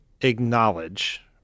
acknowledge